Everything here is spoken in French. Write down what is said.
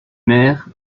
mères